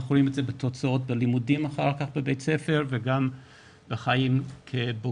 אנחנו רואים את זה בתוצאות בלימודים אחר כך בבית ספר וגם בחיים כבוגרים,